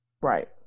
Right